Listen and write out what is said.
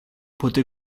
poté